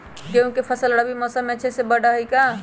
गेंहू के फ़सल रबी मौसम में अच्छे से बढ़ हई का?